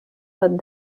tad